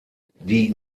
die